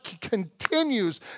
continues